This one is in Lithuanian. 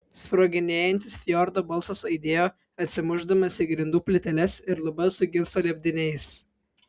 sproginėjantis fjordo balsas aidėjo atsimušdamas į grindų plyteles ir lubas su gipso lipdiniais